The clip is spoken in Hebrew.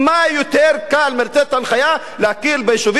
מה יותר קל מלתת הנחיה להכיר ביישובים,